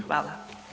Hvala.